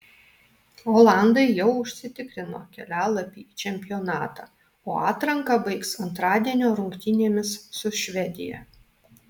olandai jau užsitikrino kelialapį į čempionatą o atranką baigs antradienio rungtynėmis su švedija